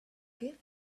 gift